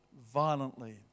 violently